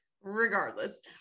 Regardless